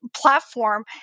platform